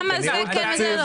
למה זה כן וזה לא?